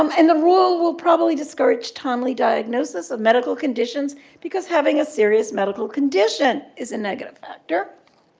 um and the rule will probably discourage timely diagnosis of medical conditions because having a serious medical condition is a negative factor.